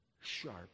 sharp